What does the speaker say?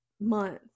month